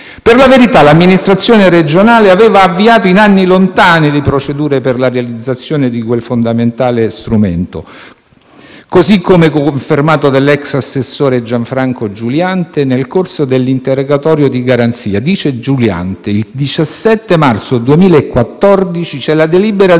Per la verità l'amministrazione regionale aveva avviato in anni lontani le procedure per la realizzazione di quel fondamentale strumento, così come confermato dall'ex assessore Gianfranco Giuliante nel corso dell'interrogatorio di garanzia. Ricorda infatti Giuliante che il 17 marzo 2014 con delibera